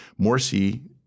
Morsi